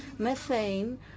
Methane